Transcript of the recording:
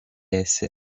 esse